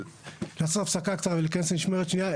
לעשות הפסקה קצרה ולהיכנס למשמרת שנייה.